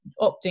opting